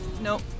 nope